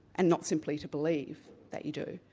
and not simply to believe that you do,